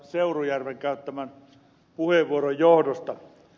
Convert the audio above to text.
seurujärven käyttämän puheenvuoron johdosta